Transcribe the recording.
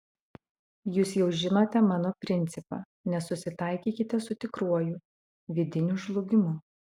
jūs jau žinote mano principą nesusitaikykite su tikruoju vidiniu žlugimu